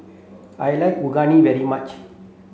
I like Unagi very much